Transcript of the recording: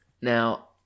Now